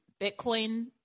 Bitcoin